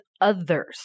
others